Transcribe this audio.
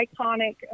iconic